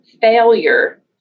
failure